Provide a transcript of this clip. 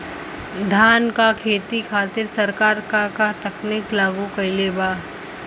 धान क खेती खातिर सरकार का का तकनीक लागू कईले बा?